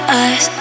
eyes